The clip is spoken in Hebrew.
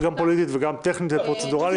גם פוליטית וגם טכנית ופרוצדורלית.